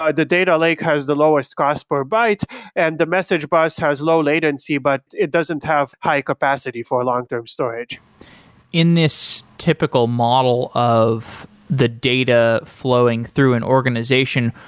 ah the data lake has the lowest cost per byte and the message bus has low latency, but it doesn't have high capacity for a long-term storage in this typical model of the data flowing through an organization,